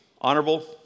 Honorable